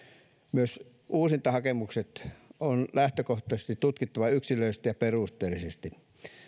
myös uusintahakemukset on lähtökohtaisesti tutkittava yksilöllisesti ja perusteellisesti